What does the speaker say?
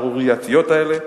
השערורייתיות האלה,